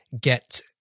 get